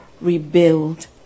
rebuild